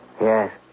Yes